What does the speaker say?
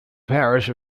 parish